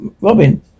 Robin